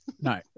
No